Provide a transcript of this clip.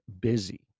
busy